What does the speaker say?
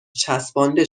چسبانده